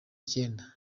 icyenda